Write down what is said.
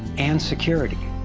and security,